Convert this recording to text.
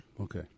Okay